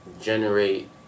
generate